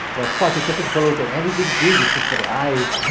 of course it doesn't follow that anything green is good for the eyes.